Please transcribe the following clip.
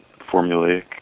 formulaic